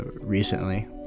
recently